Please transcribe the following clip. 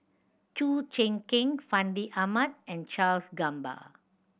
Chew Choo Keng Fandi Ahmad and Charles Gamba